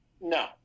No